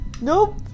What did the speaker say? Nope